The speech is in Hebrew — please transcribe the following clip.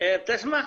ביניהם בעצמם,